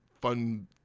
fun